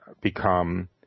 become